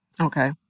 Okay